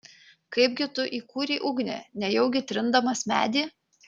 kaipgi tu įkūrei ugnį nejaugi trindamas medį